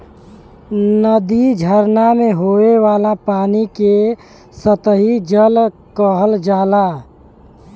नदी, झरना में होये वाला पानी के सतही जल कहल जाला